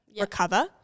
recover